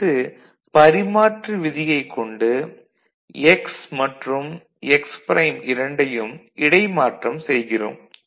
அடுத்து பரிமாற்று விதியைக் கொண்டு x மற்றும் x ப்ரைம் இரண்டையும் இடைமாற்றம் செய்கிறோம்